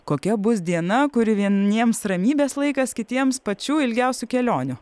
kokia bus diena kuri vieniems ramybės laikas kitiems pačių ilgiausių kelionių